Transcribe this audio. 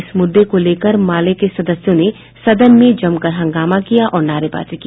इस मुद्दे को लेकर माले के सदस्यों ने सदन में जमकर हंगामा किया और नारेबाजी की